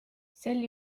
sel